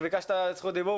ביקשת רשות דיבור.